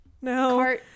no